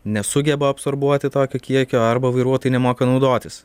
nesugeba absorbuoti tokio kiekio arba vairuotojai nemoka naudotis